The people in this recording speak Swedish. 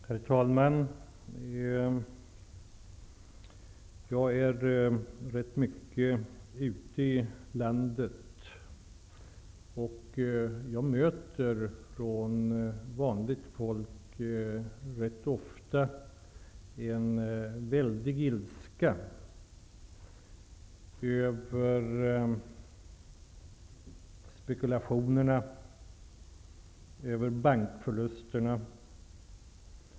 Herr talman! Jag är ganska mycket ute i landet. Vanligt folk bär ofta på en stor ilska över spekulationerna och bankförlusterna.